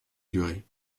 durée